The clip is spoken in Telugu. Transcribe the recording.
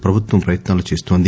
ప్రభుత్వం ప్రయత్నాలు చేస్తోంది